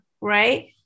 right